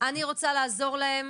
אני רוצה לעזור להם.